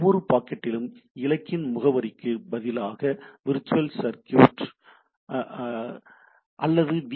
ஒவ்வொரு பாக்கெட்டிலும் இலக்கின் முகவரிக்கு பதிலாக விர்ட்சுவல் சர்க்யூட் ஐடெண்டிஃபையர் அல்லது வி